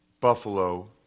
Buffalo